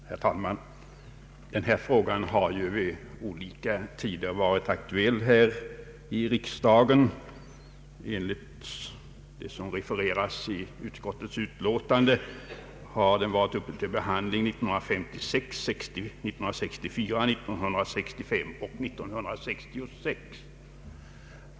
Herr talman! Denna fråga har vid skilda tillfällen varit uppe i riksdagen. Som framgår av utskottets utlåtande har den varit uppe till behandling åren 1956, 1964, 1965 och 1966.